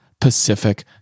Pacific